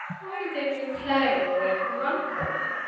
why do they bring clay all the way from runcorn?